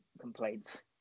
complaints